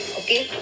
okay